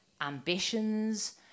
ambitions